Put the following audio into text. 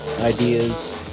ideas